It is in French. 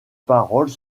paroles